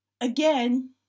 again